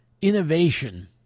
innovation